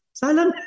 salam